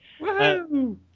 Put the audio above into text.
Woohoo